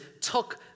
took